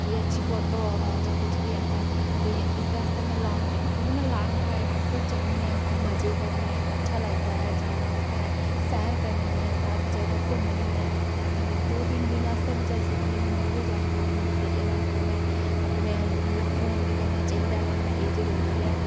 कि अच्छी फोटो अवै जां कुछ बी ऐसा ते एह्दे आस्तै में लॉंग ड्रैस क्योंकि में लॉंग ड्राइव उप्पर जन्नी आं उत्थै मजे करनी आं अच्छा लगदा ऐ जाना उत्थै सैर करनी ऐ सारी जगह् घुम्मनी ऐ दो तिन दिन आस्तै बी जाई सकनी म्हीना बी जाई सकनी एह्दे आस्तै में अपने मतलब फोन ते कन्नै चाही दा गै होंदा एह् जरूरी ऐ